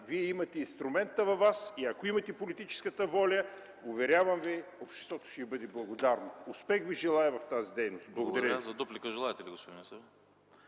Вие имате инструмента и ако имате политическата воля, уверявам Ви, обществото ще Ви бъде благодарно. Желая Ви успех в тази дейност. Благодаря ви.